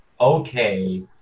okay